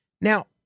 Now